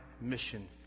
mission